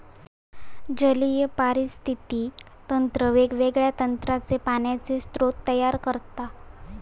जलीय पारिस्थितिकी तंत्र वेगवेगळ्या प्रकारचे पाण्याचे स्रोत तयार करता